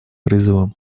призывом